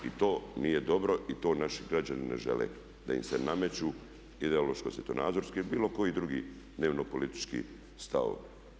I to nije dobro i to naši građani ne žele da im se nameću ideološko-svjetonazorske i bilo koji drugi dnevno-politički stavovi.